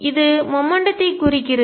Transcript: இது மொமெண்ட்டம் த்தை உந்தம் குறிக்கிறது